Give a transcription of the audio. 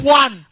one